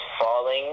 falling